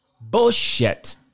Bullshit